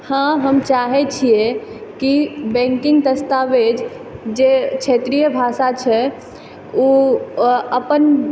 हँ हम चाहै छिए कि बैंकिङ्ग दस्तावेज जे क्षेत्रीय भाषा छै ओ अपन